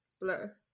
blur